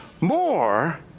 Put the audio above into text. more